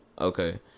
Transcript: okay